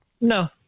no